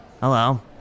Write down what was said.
Hello